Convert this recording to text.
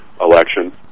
election